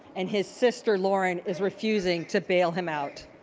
and his sister, loren, is refusing to bail him out.